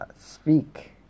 speak